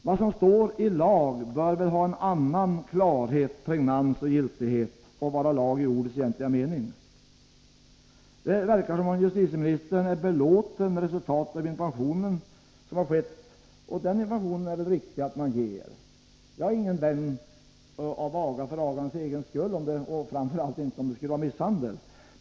Vad som står i lagen bör väl ha en annan klarhet, pregnans och giltighet samt vara lag i ordets egentliga mening. Det verkar som om justitieministern är belåten med resultatet av den information som har getts, och det är väl riktigt att ge sådan information. Jag är ingen vän av aga för agans egen skull, framför allt inte om det är fråga om misshandel.